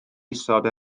isod